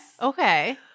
Okay